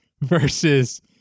versus